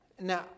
Now